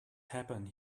happen